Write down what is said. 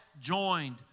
joined